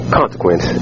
consequence